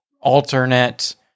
alternate